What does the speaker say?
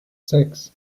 sechs